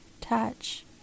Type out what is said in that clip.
touch